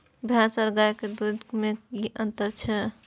भैस और गाय के दूध में कि अंतर छै?